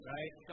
Right